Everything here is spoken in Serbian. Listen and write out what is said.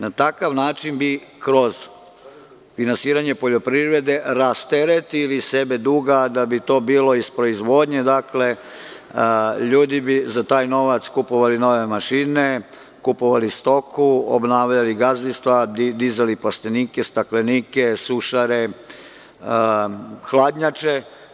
Na takav način bi kroz finansiranje poljoprivrede rasteretili sebe duga, a da bi to bilo iz proizvodnje i ljudi bi za taj novac kupovali nove mašine, stoku, obnavljali gazdinstva, dizali plastenike, staklenike, sušare, hladnjače.